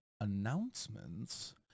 announcements